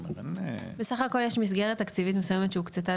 בסך הכול יש מסגרת תקציבית מסוימת שהוקצתה